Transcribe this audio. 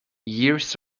years